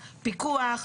פיקוח,